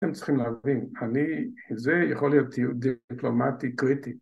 ‫אתם צריכים להבין, ‫זה יכול להיות דיקלומטי, קריטי.